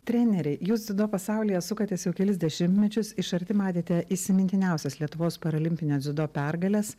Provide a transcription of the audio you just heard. treneri jūs dziudo pasaulyje sukatės jau kelis dešimtmečius iš arti matėte įsimintiniausias lietuvos paralimpinio dziudo pergales